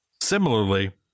Similarly